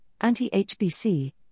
anti-HBC